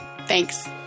Thanks